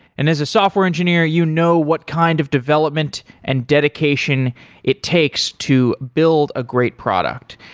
and as a software engineer, you know what kind of development and dedication it takes to build a great product.